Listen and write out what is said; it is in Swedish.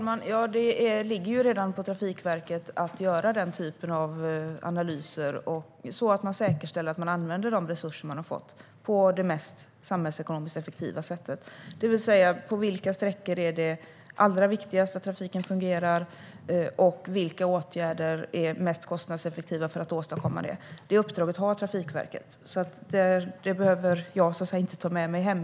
Herr talman! Det ligger redan på Trafikverket att göra den typen av analyser så att man säkerställer att man använder de resurser man har fått på det mest samhällsekonomiska och effektiva sättet, det vill säga på vilka sträckor det är allra viktigast att trafiken fungerar och vilka åtgärder som är mest kostnadseffektiva för att åstadkomma det. Det uppdraget har Trafikverket, så det behöver jag inte ta med mig hem.